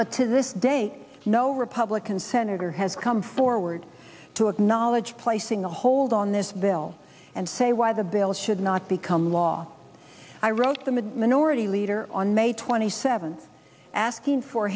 but to this date no republican senator has come forward to acknowledge placing a hold on this bill and say why the bill should not become law i wrote them a minority leader on may twenty seventh asking for